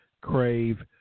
Crave